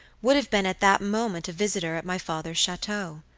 would have been at that moment a visitor at my father's chateau.